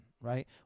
Right